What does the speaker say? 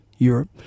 Europe